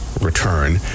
return